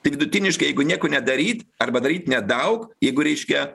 tai vidutiniškai jeigu nieko nedaryt arba daryt nedaug jeigu reiškia